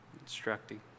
instructing